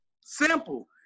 Simple